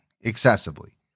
excessively